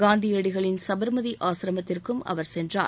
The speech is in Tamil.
காந்தியடிகளின் சபர்மதி ஆசிரமத்திற்கும் அவர் சென்றார்